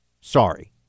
Sorry